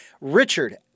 Richard